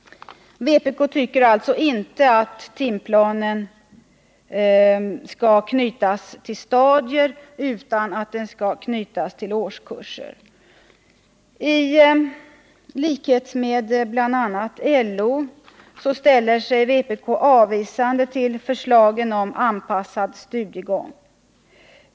Vpk tycker alltså att timplanen skall knytas till årskurser och inte till stadier. I likhet med bl.a. LO ställer sig vpk avvisande till förslagen om anpassad studiegång.